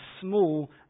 small